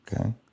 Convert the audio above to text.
Okay